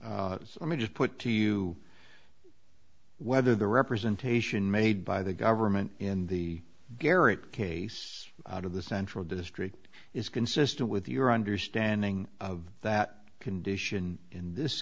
let me just put to you whether the representation made by the government in the garrett case out of the central district is consistent with your understanding of that condition in this